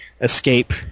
escape